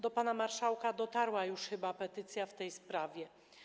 Do pana marszałka dotarła już chyba petycja w tej sprawie.